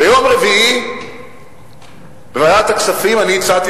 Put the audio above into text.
ביום רביעי בוועדת הכספים אני הצעתי,